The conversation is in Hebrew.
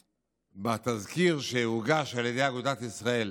בתזכיר שהוגש על ידי אגודת ישראל